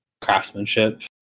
craftsmanship